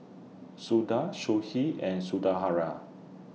Suda Sudhir and Sundaraiah